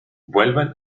vuelven